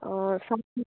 অঁ